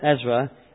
Ezra